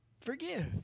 forgive